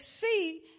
see